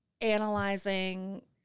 analyzing